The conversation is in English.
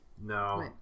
No